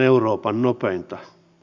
arvoisa puhemies